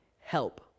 Help